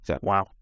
Wow